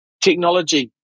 Technology